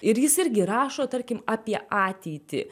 ir jis irgi rašo tarkim apie ateitį